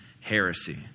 heresy